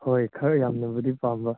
ꯍꯣꯏ ꯈꯔ ꯌꯥꯝꯅꯕꯨꯗꯤ ꯄꯥꯝꯕ